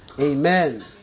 Amen